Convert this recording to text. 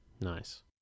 Nice